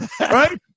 Right